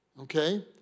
okay